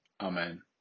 Amen